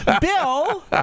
Bill